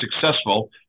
successful